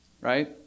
right